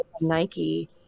Nike